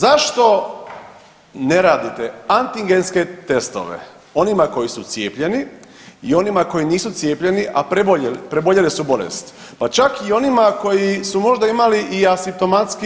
Zašto ne radite antigenske testove onima koji su cijepljeni i onima koji nisu cijepljeni, a preboljeli su bolest, pa čak i onima koji su možda imali i asimptomatsku